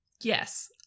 Yes